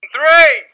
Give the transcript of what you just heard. Three